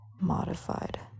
modified